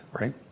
right